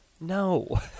No